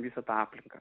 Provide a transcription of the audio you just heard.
visą tą aplinką